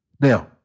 Now